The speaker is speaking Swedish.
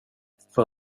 för